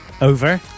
Over